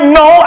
no